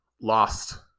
lost